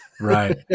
Right